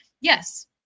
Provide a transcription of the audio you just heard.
Yes